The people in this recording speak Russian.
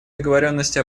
договоренности